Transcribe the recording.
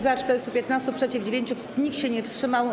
Za - 415, przeciw - 9, nikt się nie wstrzymał.